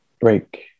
break